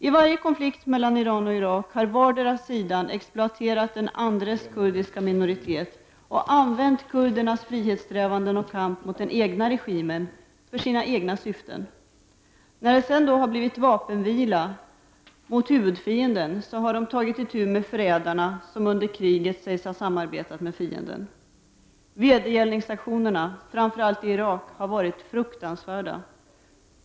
I varje konflikt mellan Iran och Irak har vardera sidan exploaterat den andres kurdiska minoritet och använt kurdernas frihetssträvanden och kamp mot den egna regimen för sina egna syften. När det så blivit vapenvila mot huvudfienden har man tagit itu med förrädarna som under kriget samarbetat med fienden. Vedergällningsaktionerna, framför allt i Irak, har varit fruktansvärda.